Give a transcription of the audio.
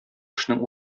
эшнең